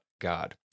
God